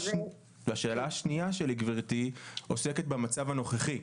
והשאלה השניה שלי גבירתי, עוסקת במצב הנוכחי.